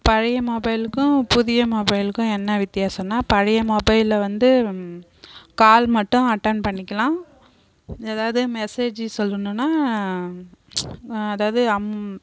பழைய மொபைலுக்கும் புதிய மொபைலுக்கும் என்ன வித்தியாசன்னா பழைய மொபைலில் வந்து கால் மட்டும் அட்டென்ட் பண்ணிக்கலாம் எதாவது மெசேஜி சொல்லணும்னா அதாவது அம்